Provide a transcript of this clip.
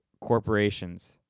corporations